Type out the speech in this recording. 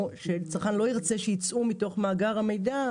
או שצרכן לא ירצה שיצאו מתוך מאגר המידע,